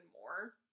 more